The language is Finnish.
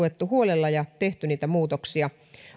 huolella ja on tehty niitä muutoksia